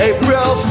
April